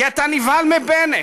כי אתה נבהל מבנט,